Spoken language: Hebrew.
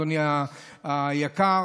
אדוני היקר,